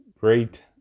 great